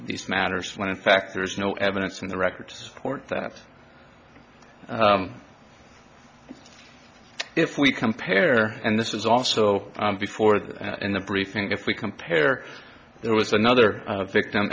these matters when in fact there is no evidence in the records court that if we compare and this was also before that in the briefing if we compare there was another victim